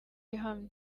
ihamye